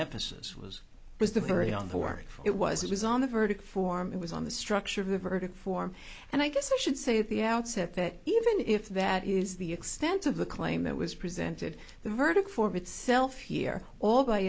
emphasis was was the very on the words it was it was on the verdict form it was on the structure of the verdict form and i guess i should say at the outset that even if that is the extent of the claim that was presented the verdict form itself here all by